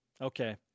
Okay